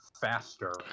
faster